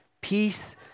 Peace